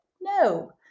no